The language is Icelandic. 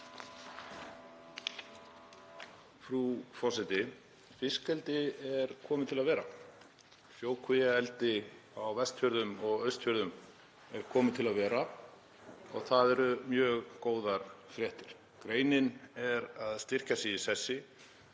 Frú forseti. Fiskeldi er komið til að vera. Sjókvíaeldi á Vestfjörðum og Austfjörðum er komið til að vera og það eru mjög góðar fréttir. Greinin er að styrkja sig í sessi,